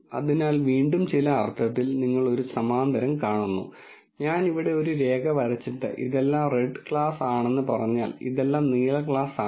അതിനാൽ വീണ്ടും ചില അർത്ഥത്തിൽ നിങ്ങൾ ഒരു സമാന്തരം കാണുന്നു ഞാൻ ഇവിടെ ഒരു രേഖ വരച്ചിട്ട് ഇതെല്ലാം റെഡ് ക്ലാസ് ആണെന്ന് പറഞ്ഞാൽ ഇതെല്ലാം നീല ക്ലാസ് ആണ്